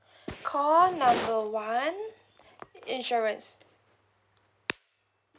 call number one insurance